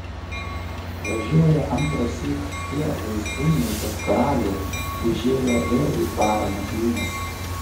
važiuoja antrąsyk tie vaizbūnai pas karalių užėjo vėl į dvarą nakvynės